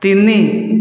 ତିନି